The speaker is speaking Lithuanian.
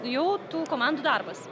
jau tų komandų darbas